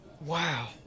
Wow